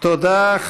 תודה.